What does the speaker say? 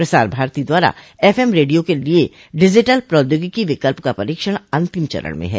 प्रसार भारती द्वारा FM radio के लिए डिजिटल प्रौद्योगिकी विकल्प का परीक्षण अंतिम चरण में है